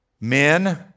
Men